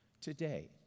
Today